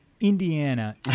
Indiana